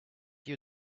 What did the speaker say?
you